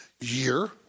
year